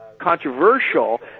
controversial